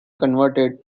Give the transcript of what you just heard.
converted